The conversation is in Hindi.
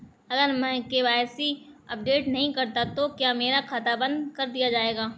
अगर मैं के.वाई.सी अपडेट नहीं करता तो क्या मेरा खाता बंद कर दिया जाएगा?